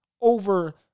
over